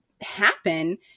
happen